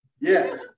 Yes